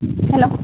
hello